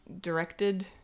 directed